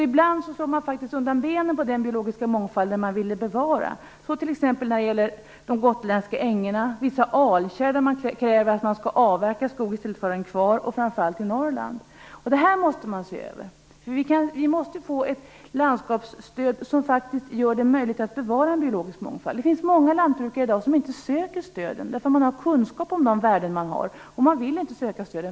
Ibland slår man faktiskt undan benen för den biologiska mångfald som man ville bevara. Det gäller t.ex. de gotländska ängena. Det gäller också vissa alkärr där det finns krav på att skogen skall avverkas i stället för att bevaras, och det gäller framför allt i Norrland. Det här måste ses över. Vi måste få ett landskapsstöd som faktiskt gör det möjligt att bevara en biologisk mångfald. Många lantbrukare söker inte stöd i dag, därför att man har en kunskap om de värden som finns. Man vill inte söka stöd.